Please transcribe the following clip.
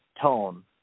tone